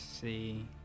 see